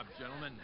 gentlemen